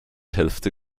hälfte